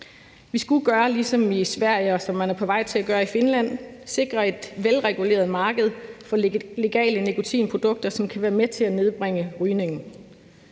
Vi skulle gøre ligesom i Sverige, og som man er på vej til at gøre i Finland, nemlig sikre et velreguleret marked for legale nikotinprodukter, som kan være med til at nedbringe rygningen.